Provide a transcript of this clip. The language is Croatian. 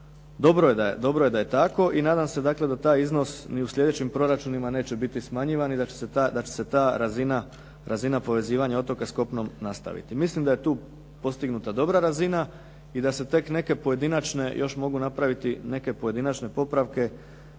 dobro je da je tako i nadam se dakle da taj iznos ni u sljedećim proračunima neće biti smanjivan i da će se ta razina povezivanja otoka s kopnom nastaviti. Mislim da je tu postignuta dobra razina i da se tek neke pojedinačne još